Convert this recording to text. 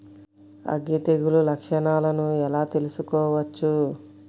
అగ్గి తెగులు లక్షణాలను ఎలా తెలుసుకోవచ్చు?